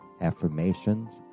affirmations